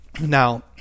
Now